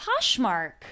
Poshmark